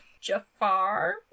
Jafar